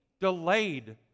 delayed